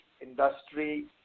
industry